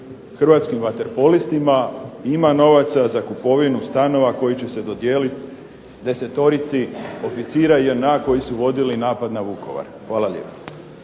hrvatskim vaterpolistima, ima novaca za kupovinu stanova koji će se dodijeliti desetoricu oficira JNA koji su vodili napad na Vukovar. **Bebić,